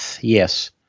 yes